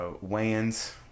weigh-ins